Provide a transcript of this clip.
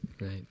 right